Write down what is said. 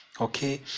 Okay